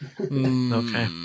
okay